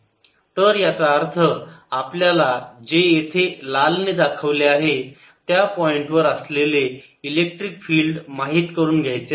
तर याचा अर्थ आपल्याला जे येथे लाल ने दाखवले आहे त्या पॉईंटवर असलेले इलेक्ट्रिक फील्ड माहीत करून घ्यायचे आहे